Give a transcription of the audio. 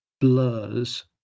blurs